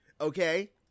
Okay